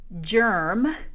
germ